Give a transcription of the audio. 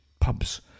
pubs